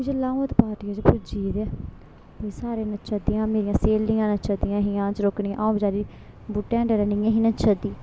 जेल्लै आ'ऊं ओत्त पार्टियै च पुज्जी ते सारे नच्चा दे हे मेरियां स्हेलियां नच्चा दियां हियां चरकोनियां आ'ऊं बेचारी बूटै दे डरै नेईं ही नच्चा दी